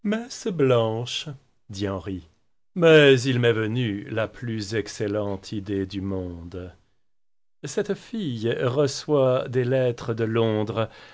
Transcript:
mais il m'est venu la plus excellente idée du monde cette fille reçoit des lettres de londres